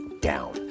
down